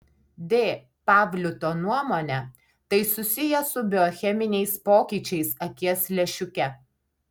d pavliuto nuomone tai susiję su biocheminiais pokyčiais akies lęšiuke